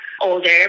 older